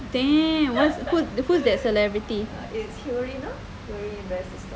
damn what who who is that celebrity